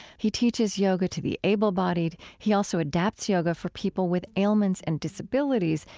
he teaches yoga to the able-bodied. he also adapts yoga for people with ailments and disabilities,